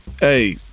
Hey